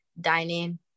Dining